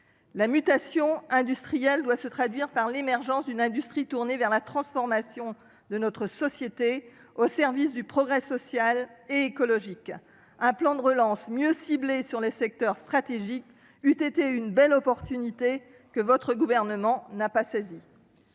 La mutation industrielle doit se traduire par l'émergence d'une industrie tournée vers la transformation de notre société, au service du progrès social et écologique. Un plan de relance mieux ciblé sur les secteurs stratégiques eût été une belle opportunité, que votre Gouvernement n'a pas saisie.